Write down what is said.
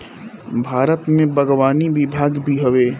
भारत में बागवानी विभाग भी हवे